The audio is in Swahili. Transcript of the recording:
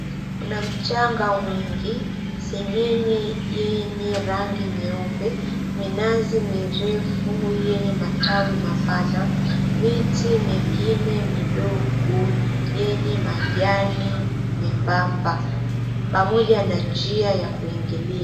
Kuna mchanga mwingi, seng'eng'e yenye rangi nyeupe, minazi mirefu yenye matawi mapana, miti mingine midogo yenye majani membamba pamoja na njia ya kuingilia.